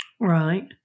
right